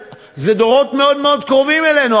דורות מאוד מאוד קרובים אלינו.